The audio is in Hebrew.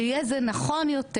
שיהיה זה נכון יותר,